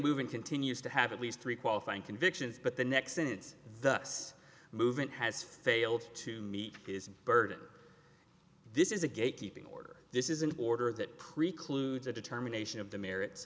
moving continues to have at least three qualifying convictions but the next in its thus movement has failed to meet his burden this is a gate keeping order this is an order that precludes a determination of the merits